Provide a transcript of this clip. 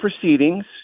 proceedings